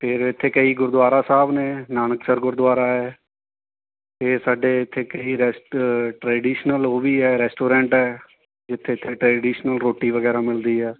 ਫਿਰ ਇੱਥੇ ਕਈ ਗੁਰਦੁਆਰਾ ਸਾਹਿਬ ਨੇ ਨਾਨਕਸਰ ਗੁਰਦੁਆਰਾ ਹੈ ਫਿਰ ਸਾਡੇ ਇੱਥੇ ਕਈ ਰੈਸਟ ਟ੍ਰਡੀਸ਼ਨਲ ਉਹ ਵੀ ਹੈ ਰੈਸਟੋਰੈਂਟ ਐ ਜਿੱਥੇ ਕਿ ਟ੍ਰਡੀਸ਼ਨਲ ਰੋਟੀ ਵਗੈਰਾ ਮਿਲਦੀ ਹੈ